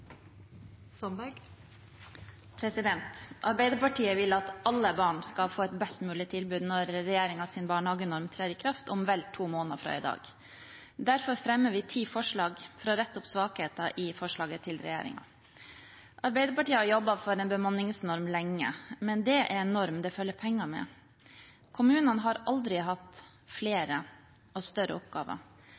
Arbeiderpartiet vil at alle barn skal få et best mulig tilbud når regjeringens barnehagenorm trer i kraft om vel to måneder fra i dag. Derfor fremmer vi elleve forslag for å rette opp svakheter i forslaget til regjeringen. Arbeiderpartiet har jobbet for en bemanningsnorm lenge, men det er en norm det følger penger med. Kommunene har aldri hatt flere og større oppgaver.